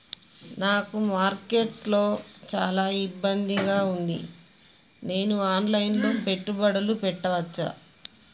నాకు మార్కెట్స్ లో చాలా ఇబ్బందిగా ఉంది, నేను ఆన్ లైన్ లో పెట్టుబడులు పెట్టవచ్చా?